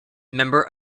member